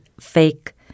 fake